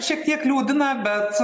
šiek tiek liūdina bet